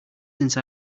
since